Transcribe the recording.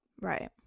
Right